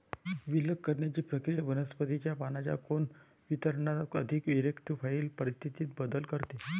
विलग करण्याची प्रक्रिया वनस्पतीच्या पानांच्या कोन वितरणात अधिक इरेक्टोफाइल परिस्थितीत बदल करते